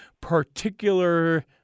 particular